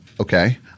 okay